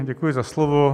Děkuji za slovo.